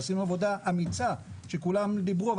עשינו עבודה אמיצה שכולם דיברו,